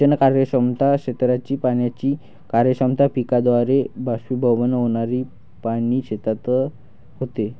सिंचन कार्यक्षमता, क्षेत्राची पाण्याची कार्यक्षमता, पिकाद्वारे बाष्पीभवन होणारे पाणी शेतात होते